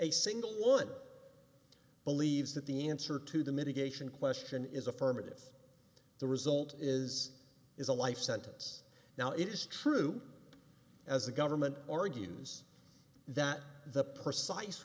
a single one believes that the answer to the mitigation question is affirmative the result is is a life sentence now it is true as the government argues that the precise